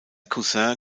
cousin